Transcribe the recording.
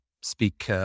speak